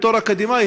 בתור אקדמאי,